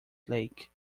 lake